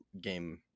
game